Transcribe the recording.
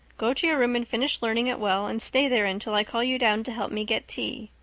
go to your room and finish learning it well, and stay there until i call you down to help me get tea.